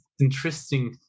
interesting